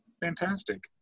Fantastic